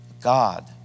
God